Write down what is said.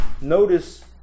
Notice